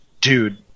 dude